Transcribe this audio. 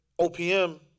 OPM